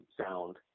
sound